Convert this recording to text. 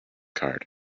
card